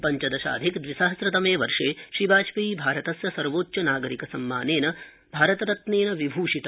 पञ्चदशाधिक द्विसहस्रतमे वर्षे श्रीवाजपेयी भरतस्य सर्वोच्च नागरिक सम्मानेन भारत रत्नेन विभूषित